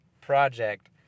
project